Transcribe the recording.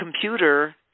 computer